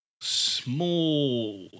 small